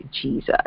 Jesus